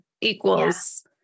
equals